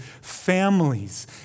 families